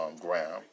ground